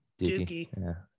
Dookie